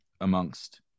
amongst